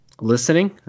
listening